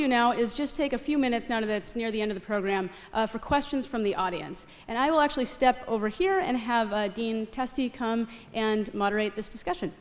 do now is just take a few minutes out of it's near the end of the program for questions from the audience and i will actually step over here and have a testy come and moderate this discussion